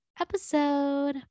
episode